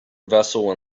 vessel